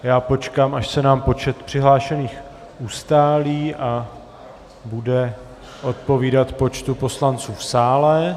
Já počkám, až se počet přihlášených ustálí a bude odpovídat počtu poslanců v sále.